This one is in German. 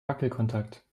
wackelkontakt